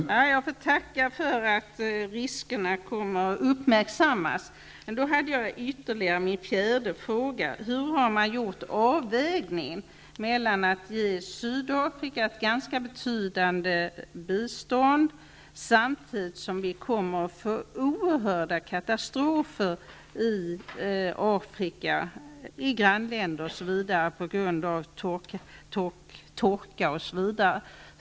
Herr talman! Jag får tacka för att riskerna kommer att uppmärksammas. Men jag hade en fjärde fråga: Hur har man gjort avvägningen mellan att ge Sydafrika ett ganska betydande bistånd, samtidigt som det kommer att inträffa oerhörda katastrofer i andra afrikanska länder, på grund av torka osv.?